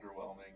underwhelming